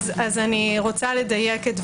אדייק.